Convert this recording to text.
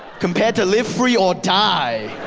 compared to live free or die!